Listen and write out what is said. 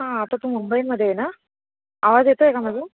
हां आता तू मुंबईमध्ये आहे ना आवाज येतोय का मागून